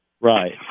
Right